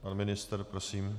Pan ministr, prosím.